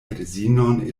edzinon